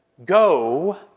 Go